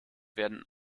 werden